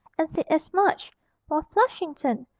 and said as much while flushington,